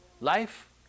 Life